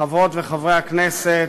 חברות וחברי הכנסת,